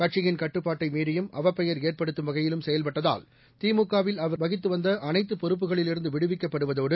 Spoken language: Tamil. கட்சியின் கட்டுப்பாட்டை மீறியும் அவப்பெயர் ஏற்படுத்தும் வகையிலும் செயல்பட்டதால் திமுகவில் அவர் அவகித்து வந்த அனைத்து பொறுப்புகளிலிருந்து விடுவிக்கப்படுவதோடு